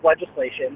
legislation